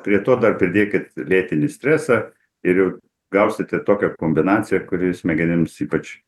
prie to dar pridėkit lėtinį stresą ir jau gausite tokią kombinaciją kuri smegenims ypač